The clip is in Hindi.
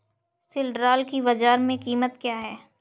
सिल्ड्राल की बाजार में कीमत क्या है?